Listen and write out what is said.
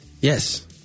Yes